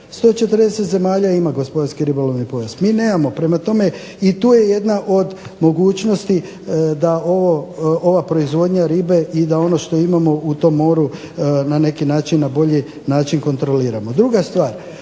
140 zemalja ima gospodarski ribolovni pojas. Mi nemamo. Prema tome, i tu je jedna od mogućnosti da ova proizvodnja ribe i da ono što imamo u tom moru na neki način na bolji način kontroliramo. Druga stvar